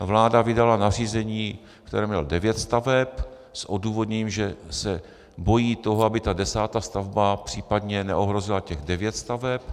Vláda vydala nařízení, které mělo devět staveb, s odůvodněním, že se bojí toho, aby ta desátá stavba případně neohrozila těch devět staveb.